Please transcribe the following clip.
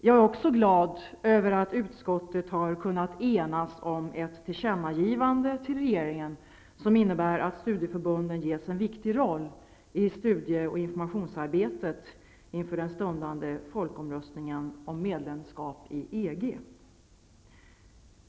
Jag är också glad över att utskottet har kunnat enas om ett tillkännagivande till regeringen, som innebär att studieförbunden ges en viktig roll i studie och informationsarbetet inför den stundande folkomröstningen om medlemskap i EG.